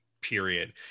period